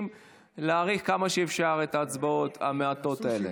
להאריך כמה שאפשר את ההצבעות המעטות האלה.